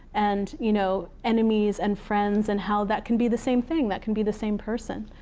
and you know enemies, and friends, and how that can be the same thing. that can be the same person.